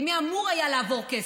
למי אמור היה לעבור כסף?